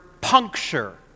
puncture